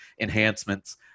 enhancements